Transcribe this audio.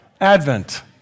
Advent